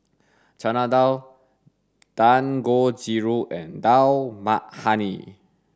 Chana Dal Dangojiru and Dal Makhani